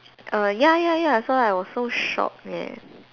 err ya ya ya so I was so shocked leh